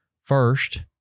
first